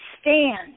stand